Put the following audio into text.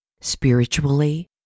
spiritually